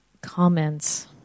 comments